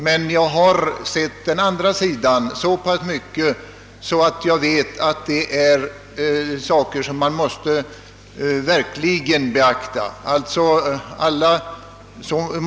Men jag har sett så pass mycket av den nuvarande lagens verkningar att jag vet att det här finns ett problem som vi måste ta itu med.